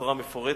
בצורה מפורטת,